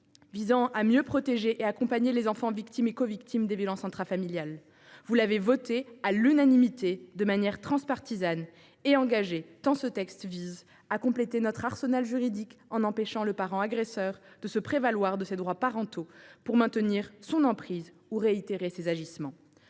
visant à mieux protéger et accompagner les enfants victimes et covictimes de violences intrafamiliales. Vous l’avez votée à l’unanimité de manière transpartisane et engagée, tant ce texte vise à compléter notre arsenal juridique en empêchant le parent agresseur de se prévaloir de ses droits parentaux pour maintenir son emprise ou réitérer ses agissements.